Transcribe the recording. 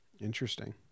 Interesting